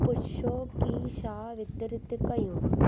पुछो की छा वितरित कयूं